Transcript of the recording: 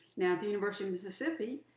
now, the university of mississippi,